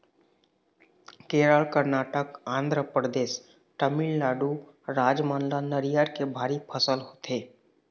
केरल, करनाटक, आंध्रपरदेस, तमिलनाडु राज मन म नरियर के भारी फसल होथे